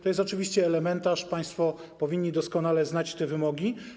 To jest oczywiście elementarz, państwo powinni doskonale znać te wymogi.